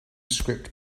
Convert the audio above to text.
script